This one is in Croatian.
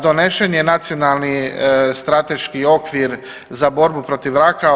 Donesen je nacionalni strateški okvir za borbu protiv raka.